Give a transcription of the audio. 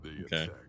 Okay